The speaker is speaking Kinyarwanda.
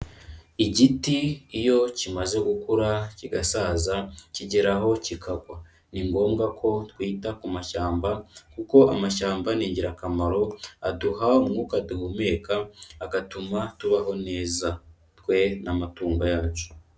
Igiti iyo kimaze gukura kigasaza kigera aho kikagwa. Ni ngombwa ko twita ku mashyamba kuko amashyamba ni ingirakamaro, aduha umwuka duhumeka, agatuma tubaho neza twe n'amatungo yacu.